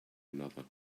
another